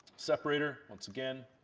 separator once again.